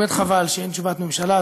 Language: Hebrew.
באמת חבל שאין תשובת ממשלה.